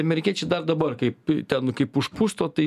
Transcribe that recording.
amerikiečiai dar dabar kaip ten kaip užpusto tai